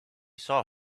saw